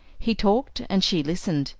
he talked and she listened.